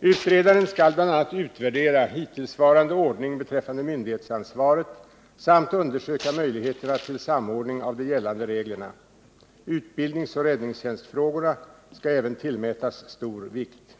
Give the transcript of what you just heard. Utredaren skall bl.a. utvärdera hittillsvarande ordning beträffande myndighetsansvaret samt undersöka möjligheterna till samordning av de gällande reglerna. Utbildningsoch räddningstjänstfrågorna skall även tillmätas stor vikt.